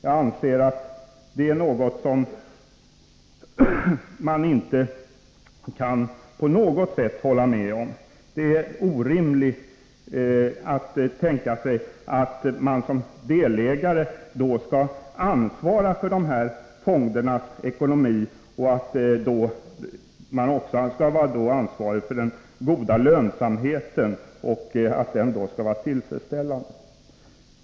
Jag anser att man inte på något sätt kan hålla med om — det är faktiskt orimligt att tänka sig — att man som delägare skall ansvara för fondernas ekonomi och även vara ansvarig för att lönsamheten skall vara tillfredsställande.